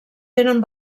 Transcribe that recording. tenen